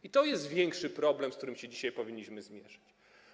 I to jest większy problem, z którym się dzisiaj powinniśmy zmierzyć.